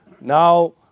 now